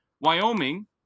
Wyoming